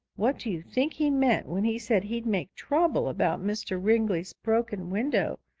what do you think he meant when he said he'd make trouble about mr. ringley's broken window?